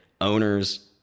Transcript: owners